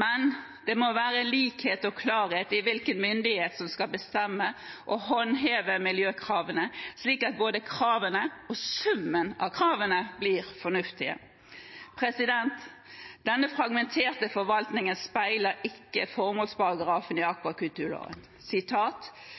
Men det må være likhet og klarhet i hvilken myndighet som skal bestemme og håndheve miljøkravene, slik at både kravene og summen av kravene blir fornuftige. Denne fragmenterte forvaltningen speiler ikke formålsparagrafen i